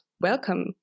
welcome